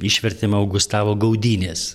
išvertėm augustavo gaudynės